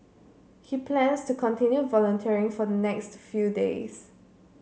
he plans to continue volunteering for the next few days